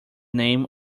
name